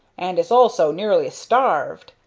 and is also nearly starved,